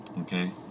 okay